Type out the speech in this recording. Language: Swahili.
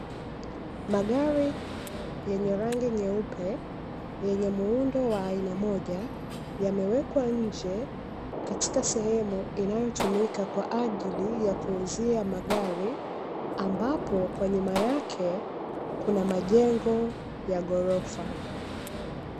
Magari yenye rangi nyeupe yenye muundo wa aina moja, yameweka nje katika sehemu inayotumika kwa ajili ya kuuzia magari, ambapo kwa nyuma yake kuna majengo ya ghorofa.